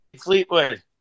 Fleetwood